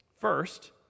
First